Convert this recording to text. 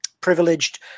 privileged